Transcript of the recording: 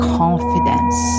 confidence